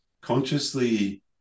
consciously